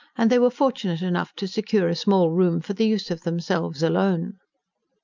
and they were fortunate enough to secure a small room for the use of themselves alone.